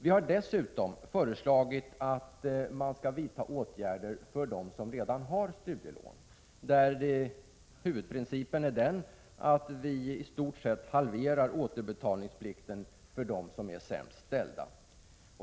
| Vi har också föreslagit att man skall vidta åtgärder för dem som redan har studielån. Principen bör vara att återbetalningsplikten i stort sett halveras för de sämst ställda.